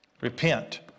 Repent